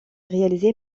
réalisé